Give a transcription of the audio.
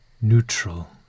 neutral